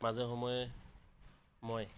মাজে সময়ে মই